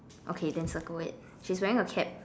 okay then circle it she's wearing a cap